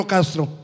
Castro